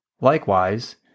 Likewise